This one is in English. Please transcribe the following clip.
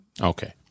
okay